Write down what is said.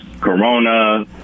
Corona